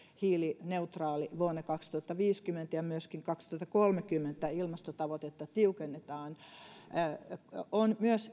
hiilineutraali vuonna kaksituhattaviisikymmentä ja myöskin kaksituhattakolmekymmentä ilmastotavoitetta tiukennetaan erinomainen asia on myös